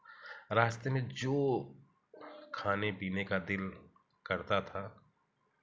रास्ते में जो खाने पीने का दिल करता था